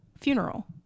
funeral